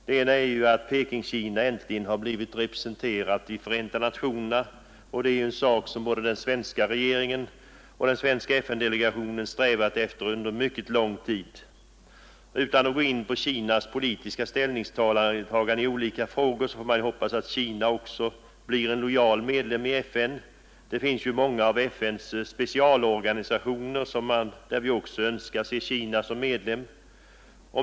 Det ena är att Pekingkina nu blivit representerat i Förenta nationerna, och det är en sak som både svenska regeringen och den svenska FN-delegationen strävat efter under mycket lång tid. Utan att gå in på Kinas politiska ställningstaganden i olika frågor får man hoppas att Kina också blir en lojal medlem av FN. Det finns många av FN:s specialorgan. där vi också önskar se Kina som medlem.